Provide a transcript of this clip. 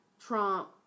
Trump